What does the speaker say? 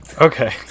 Okay